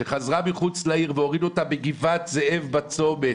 שחזרה מחוץ לעיר והורידו אותה בגבעת זאב בצומת,